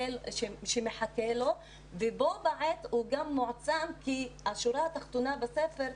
שמחכה לו ובה בעת הוא גם מועצם כי השורה התחתונה בספר: